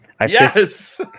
Yes